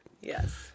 Yes